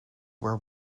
were